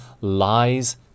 lies